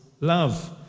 love